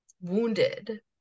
wounded